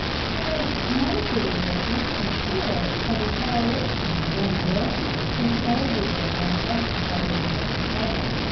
cherished none of the resentment and spirit of retaliation born with and everywhere manifested by the american settler.